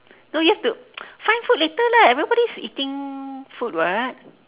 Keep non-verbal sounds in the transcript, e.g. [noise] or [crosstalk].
no you have to [noise] find food later lah everybody's eating food [what]